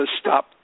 stop